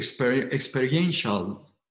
experiential